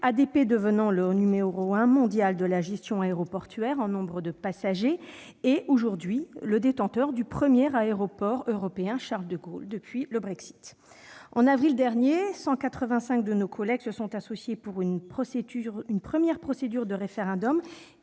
ADP devenant le numéro 1 mondial de la gestion aéroportuaire en nombre de passagers et le détenteur du premier aéroport de l'Union européenne, Roissy-Charles-de-Gaulle, à la suite du Brexit. En avril dernier, 185 de nos collègues se sont associés pour lancer une première procédure de référendum